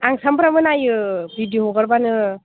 आं सामफ्रामबो नायो भिदिअ' हगारबानो